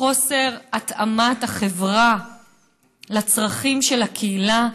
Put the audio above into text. חוסר התאמת החברה לצרכים של הקהילה,